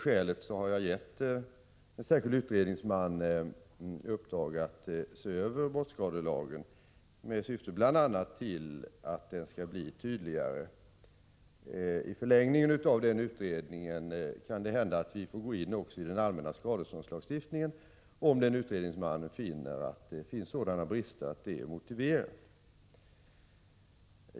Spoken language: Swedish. Därför har jag gett en särskild utredningsman uppdraget att se över brottsskadelagen med syfte bl.a. att den skall bli tydligare. I förlängningen av den utredningen kan det hända att vi får gå in också i den allmänna skadeståndslagstiftningen, om utredningsmannen finner att där finns sådana brister att det är motiverat.